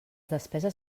despeses